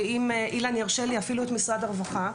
ואם אילן ירשה לי, אפילו את משרד הרווחה.